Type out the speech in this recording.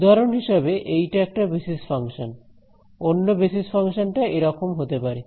উদাহরণ হিসেবে এইটা একটা বেসিস ফাংশন অন্য বেসিস ফাংশন টা এরম হতে পারে